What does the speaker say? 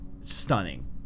stunning